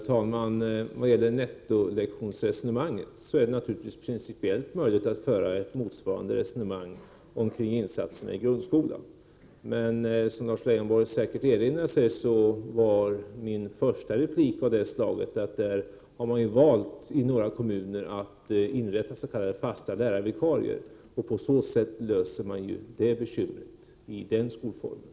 Herr talman! Vad gäller nettolektionsresonemanget är det naturligtvis principiellt möjligt att föra motsvarande resonemang kring insatserna i grundskolan. Men som Lars Leijonborg säkert erinrar sig sade jag i min första replik att man i några kommuner valt att inrätta s.k. fasta lärarvikarier för att på så sätt lösa det bekymret i den skolformen.